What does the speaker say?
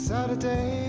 Saturday